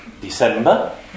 December